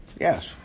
Yes